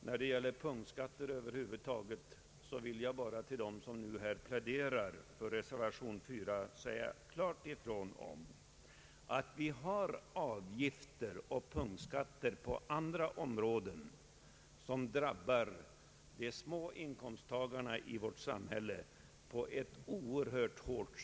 När det gäller punktskatter över huvud taget vill jag till dem som pläderar för reservation 4 klart säga ifrån att vi har avgifter och punktskatter på andra områden, där de små inkomsttagarna i vårt samhälle drabbas oerhört hårt.